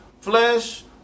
Flesh